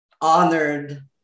honored